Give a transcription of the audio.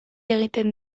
egiten